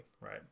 right